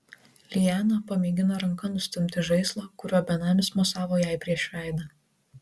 liana pamėgino ranka nustumti žaislą kuriuo benamis mosavo jai prieš veidą